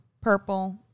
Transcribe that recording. purple